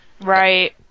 Right